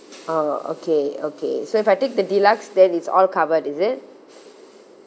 oh okay okay so if I take the deluxe then it's all covered is it